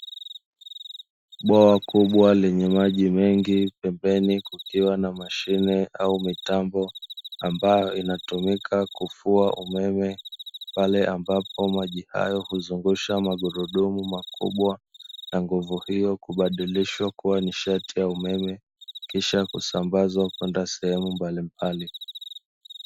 Bwawa kubwa lenye maji mengi pembeni kukiwa na mashine au mitambo, ambayo inatumika kufua umeme pale ambapo maji hayo huzungusha magogoni makubwa na nguvu hiyo kubadilishwa kuwa ni sharti ya umeme kisha kusambazwa kwenda sehemu mbalimbali.